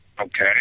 Okay